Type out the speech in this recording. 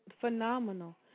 phenomenal